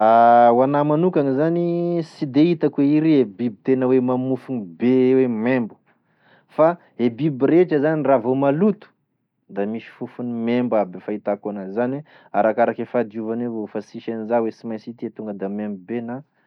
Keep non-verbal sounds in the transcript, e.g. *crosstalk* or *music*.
*hesitation* Ho anahy manokagny zany sy de hitako hoe iry e biby tena hoe mamofogny be hoe membo, fa e biby rehetra zany raha vao maloto da misy fofony membo aby e fahitako enazy izany hoe arakaraky e fahadiovany evao fa sisy an'iza hoe sy mainsy ity tonga da membo be na sy membo.